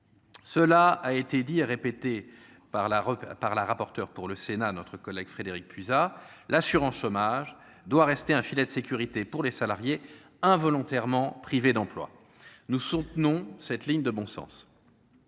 cela a été dit et répété par la par la rapporteur pour le Sénat, notre collègue Frédérick puis à l'assurance chômage doit rester un filet de sécurité pour les salariés involontairement privés d'emploi, nous soutenons cette ligne de bon sens